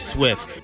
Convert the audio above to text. Swift